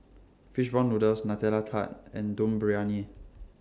Fish Ball Noodles Nutella Tart and Dum Briyani